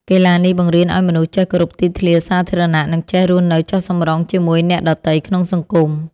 កីឡានេះបង្រៀនឱ្យមនុស្សចេះគោរពទីធ្លាសាធារណៈ និងចេះរស់នៅចុះសម្រុងជាមួយអ្នកដទៃក្នុងសង្គម។